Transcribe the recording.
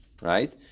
Right